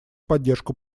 поддержку